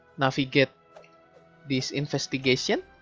navigate this investigation